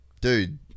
Dude